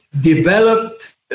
developed